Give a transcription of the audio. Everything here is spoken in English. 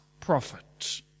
prophet